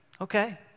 Okay